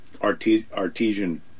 Artesian